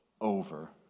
over